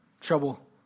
Trouble